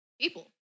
people